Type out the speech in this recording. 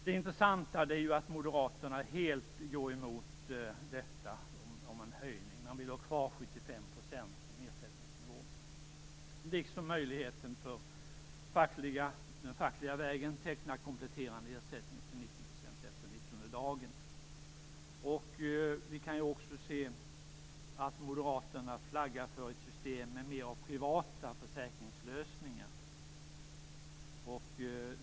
Det intressanta är att Moderaterna helt går emot en höjning - man vill ha kvar 75 % som ersättningsnivå - liksom möjligheten att den fackliga vägen teckna kompletterande ersättning till 90 % efter den nittionde dagen. Vi kan också se att Moderaterna flaggar för ett system med mer av privata försäkringslösningar.